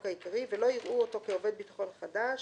העיקרי ולא יראו אותו כעובד ביטחון חדש,